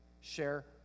Share